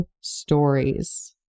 stories